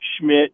Schmidt